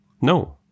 No